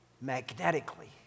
magnetically